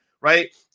Right